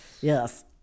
Yes